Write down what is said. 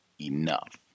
enough